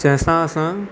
जंहिंसां असां